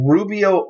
Rubio